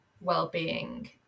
well-being